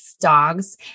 dogs